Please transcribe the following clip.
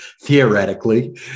Theoretically